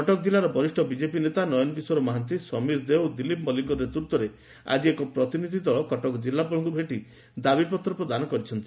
କଟକ କିଲ୍ଲାର ବରିଷ୍ ବିକେପି ନେତା ନୟନ କିଶୋର ମହାନ୍ତି ସମୀର ଦେ ଓ ଦିଲୀପ୍ ମଲ୍ଲିକ୍ଙ୍ ନେତୃତ୍ ଦଳ କଟକ ଜିଲ୍ଲାପାଳଙ୍କୁ ଭେଟି ଦାବିପତ୍ର ପ୍ରଦାନ କରିଛନ୍ତି